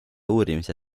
uurimise